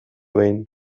behin